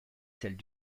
celles